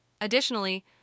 Additionally